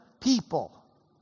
people